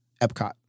Epcot